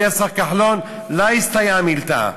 אבל על-ידי השר כחלון לא אסתייעא מילתא,